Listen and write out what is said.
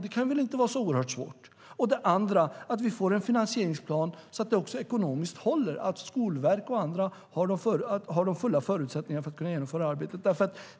Det kan väl inte vara så oerhört svårt. För det andra gäller det att vi får en finansieringsplan som är sådan att det ekonomiskt håller och att Skolverket och andra helt och fullt har förutsättningar att genomföra arbetet.